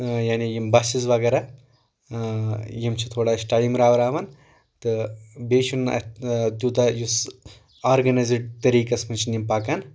یعنے یِم بسِز وغیرہ یِم چھِ تھوڑا اسہِ ٹایِم راوٕراون تہٕ بیٚیہِ چھُنہٕ اتھ تیوٗتاہ یُس آرگنایزٕڑ طٔریٖقس منٛز چھنہٕ یِم پکان کینٛہہ